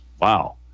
Wow